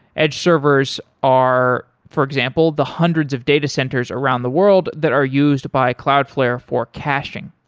edge servers are, for example, the hundreds of data centers around the world that are used by cloudflare for caching.